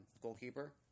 goalkeeper